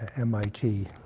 mit.